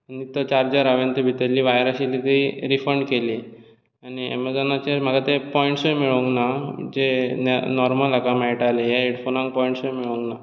निकतो charger हांवें ती भितरली वायर आशिल्ली ती रिफंड केली आनी एमझोनाचेर म्हाका ते पोंयटसूय मेळूंक ना जे नॉर्मल हाका मेळटाले आनी ह्या हेडफोम्साक पोंयटसूय मेळूंक ना